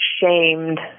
shamed